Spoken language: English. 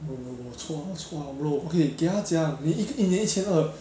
bro 错啊错啊 bro 不可以给他讲你一年一千二